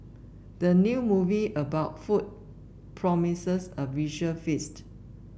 the new movie about food promises a visual feast